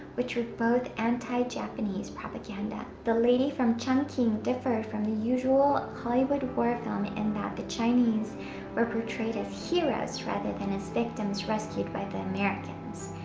which were both anti-japanese propaganda. the lady from chungking differed from the usual hollywood war film in that the chinese were portrayed as heroes rather than as victims rescued by the americans.